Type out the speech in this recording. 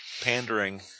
pandering